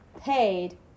paid